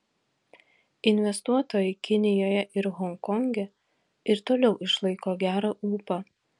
investuotojai kinijoje ir honkonge ir toliau išlaiko gerą ūpą